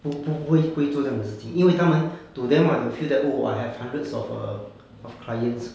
不不不会不会做这样的事情因为他们 to them right they feel that oh I have hundreds of uh of clients